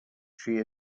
she